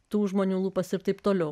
tų žmonių lūpas ir taip toliau